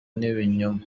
n’ibinyoma